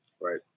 Right